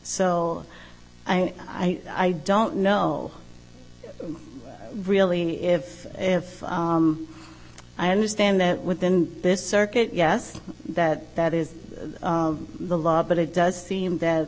so i don't know really if if i understand that within this circuit yes that that is the law but it does seem that